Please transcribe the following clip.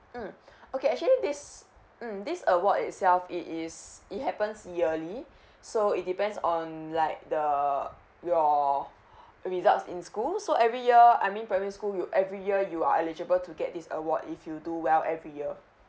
mm okay actually this mm this award itself it is it happens yearly so it depends on like the your results in school so every year I mean primary school you every year you are eligible to get this award if you do well every year